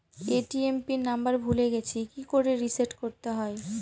ATM PIN number ভুলে গেছি কি করে রিসেট করতে হয়?